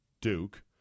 Duke